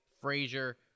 Frazier